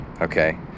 Okay